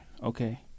Okay